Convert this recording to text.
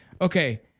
okay